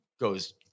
goes